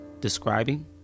describing